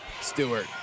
Stewart